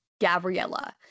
Gabriella